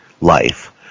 life